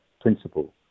principle